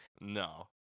No